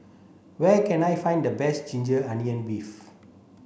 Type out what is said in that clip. where can I find the best ginger onion beef